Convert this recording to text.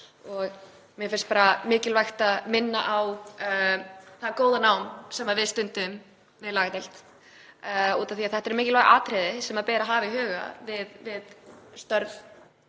og mér finnst bara mikilvægt að minna á það góða nám sem við stundum við lagadeild af því að þetta eru mikilvæg atriði sem ber að hafa í huga við störf